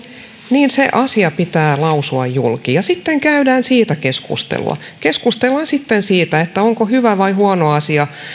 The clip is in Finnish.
niin se asia pitää lausua julki ja sitten käydään siitä keskustelua keskustellaan sitten siitä onko se hyvä vai huono asia